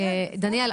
דניאל,